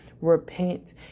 repent